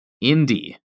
Indy